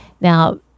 Now